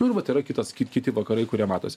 nu ir vat yra kitos ki kiti vakarai kurie matosi